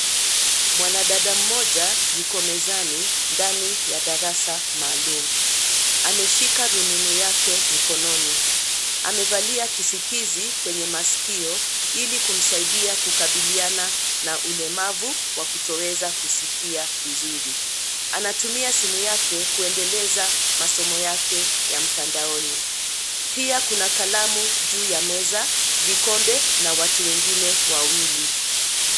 Mwanadada mmoja, yuko mezani, ndani ya darasa maalum, ameshika rununu yake mkononi, amevalia kisikizi kwenye maskio, ilikumsaidia kukabiliana na ulemavu wa kutoweza kusikia vizuri, anatumia simu yake kuendeleza masomo yake ya mtandaoni, pia kuna kalamu juu ya meza, vikombe na watu wengine wawili.